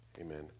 Amen